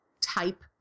type